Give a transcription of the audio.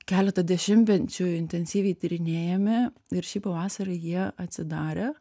keletą dešimtmečių intensyviai tyrinėjami ir šį pavasarį jie atsidarė